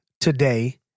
today